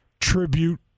tribute